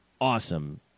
awesome